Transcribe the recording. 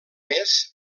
més